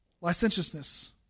licentiousness